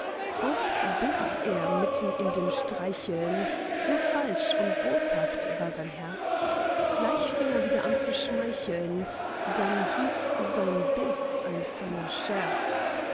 oft biß er mitten in dem streicheln so falsch und boshaft war sein herz gleich fing er wieder an zu schmeicheln dann hieß sein biß ein feiner scherz